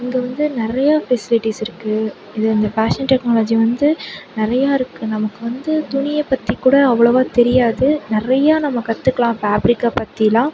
இங்கே வந்து நிறையா ஃபெசிலிட்டிஸ் இருக்குது இது இந்த ஃபேஷன் டெக்னாலஜி வந்து நிறையா இருக்குது நமக்கு வந்து துணியை பற்றிக் கூட அவ்வளோவா தெரியாது நிறையா நம்ம கற்றுக்கலாம் ஃபேப்ரிக்கை பற்றிலாம்